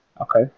Okay